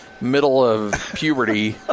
middle-of-puberty